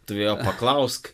tu vėjo paklausk